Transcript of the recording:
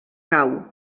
cau